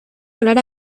hablar